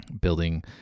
building